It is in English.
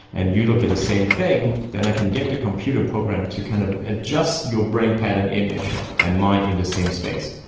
and you look at the same thing then i can get the computer program to kind of adjust your brain pattern image and mine in the same space.